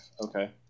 Okay